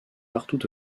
partout